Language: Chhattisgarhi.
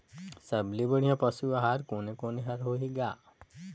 सबले बढ़िया पशु आहार कोने कोने हर होही ग?